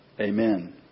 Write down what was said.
Amen